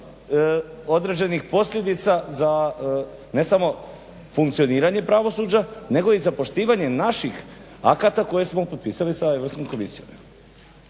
oređenih posljedica za ne samo funkcioniranje pravosuđa nego i za poštivanje naših akata koje smo potpisali sa Europskom komisijom.